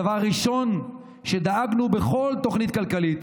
הדבר הראשון שדאגנו בכל תוכנית כלכלית